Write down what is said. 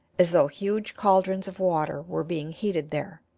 as though huge caldrons of water were being heated there.